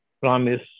promise